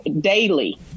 daily